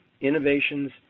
innovations